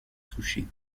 touchée